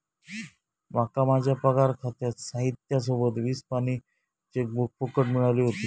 माका माझ्या पगार खात्याच्या साहित्या सोबत वीस पानी चेकबुक फुकट मिळाली व्हती